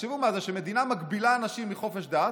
ותחשבו מה זה שמדינה מגבילה אנשים מחופש דת